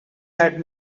had